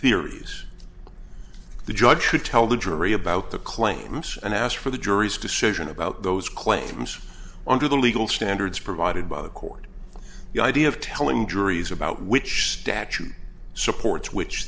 theories the judge should tell the jury about the claims and ask for the jury's decision about those claims under the legal standards provided by the court the idea of telling juries about which statute supports which